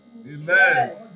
Amen